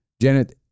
Janet